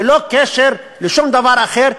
בלי קשר לשום דבר אחר.